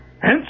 Hence